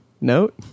Note